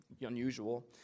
unusual